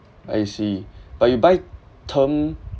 I see but you buy term